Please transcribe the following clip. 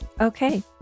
Okay